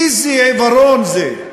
איזה עיוורון זה.